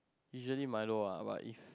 usually Milo lah but if